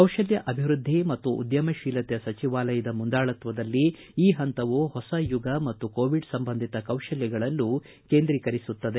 ಕೌಶಲ್ಯ ಅಭಿವೃದ್ಧಿ ಮತ್ತು ಉದ್ಯಮಶೀಲತೆ ಸಚಿವಾಲಯದ ಎಂಎಸ್ಡಿಇ ಮುಂದಾಳತ್ವದಲ್ಲಿ ಈ ಪಂತವು ಹೊಸ ಯುಗ ಮತ್ತು ಕೋವಿಡ್ ಸಂಬಂಧಿತ ಕೌಶಲ್ಲಗಳನ್ನು ಕೇಂದ್ರೀಕರಿಸುತ್ತದೆ